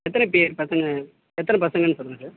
எத்தனை பேர் பசங்க எத்தனை பசங்கன்னு சொல்லுங்கள் சார்